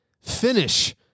finish